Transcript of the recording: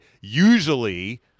Usually